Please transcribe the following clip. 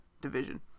division